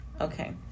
Okay